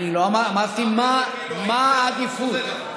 אמרתי מה העדיפות.